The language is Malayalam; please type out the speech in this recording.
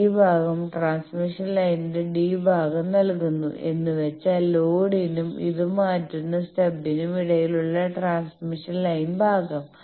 ഈ ഭാഗം ട്രാൻസ്മിഷൻ ലൈനിന്റെ d ഭാഗം നൽകുന്നു എന്നുവെച്ചാൽ ലോഡിനും ഇത് മാറ്റുന്ന സ്റ്റബ്ബിനും ഇടയിലുള്ള ട്രാൻസ്മിഷൻ ലൈൻ ഭാഗം